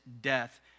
death